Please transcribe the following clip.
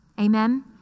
Amen